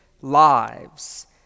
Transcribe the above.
lives